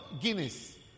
Guinness